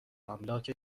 املاک